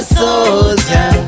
soldier